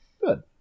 Good